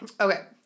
Okay